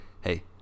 Hey